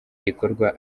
gikorwa